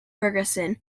ferguson